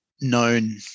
known